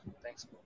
Thanks